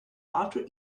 after